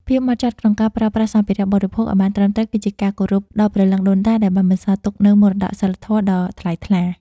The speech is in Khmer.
ភាពហ្មត់ចត់ក្នុងការប្រើប្រាស់សម្ភារៈបរិភោគឱ្យបានត្រឹមត្រូវគឺជាការគោរពដល់ព្រលឹងដូនតាដែលបានបន្សល់ទុកនូវមរតកសីលធម៌ដ៏ថ្លៃថ្លា។